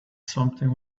something